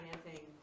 financing